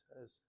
says